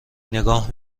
نگاه